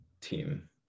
team